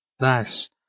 Nice